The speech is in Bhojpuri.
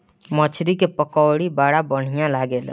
मछरी के पकौड़ी बड़ा बढ़िया लागेला